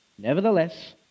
Nevertheless